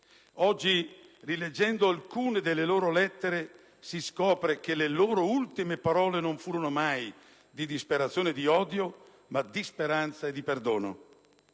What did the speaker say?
Oggi, rileggendo alcune delle loro lettere, si scopre che le loro ultime parole non furono mai di disperazione e di odio ma di speranza e di perdono.